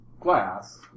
glass